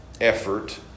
effort